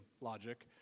logic